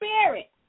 Spirit